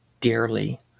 dearly